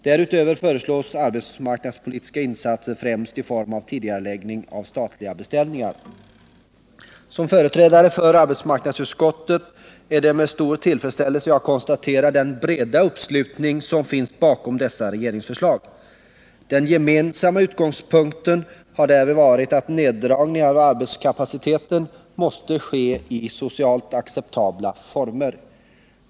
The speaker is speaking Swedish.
Därutöver föreslås arbetsmarknadspolitiska insatser, främst i form av tidigareläggning av statliga beställningar. Som företrädare för arbetsmarknadsutskottet är det med stor tillfredsställelse jag konstaterar den breda uppslutning som finns bakom dessa regeringsförslag. Den gemensamma utgångspunkten har varit att neddragningar av arbetskapaciteten måste ske i socialt acceptabla former.